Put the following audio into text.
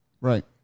Right